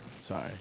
sorry